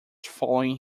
following